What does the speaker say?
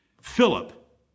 Philip